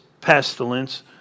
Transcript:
pestilence